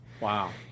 Wow